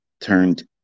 turned